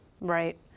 right